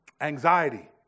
Anxiety